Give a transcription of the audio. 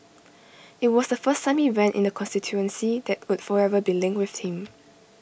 IT was the first time he ran in the constituency that would forever be linked with him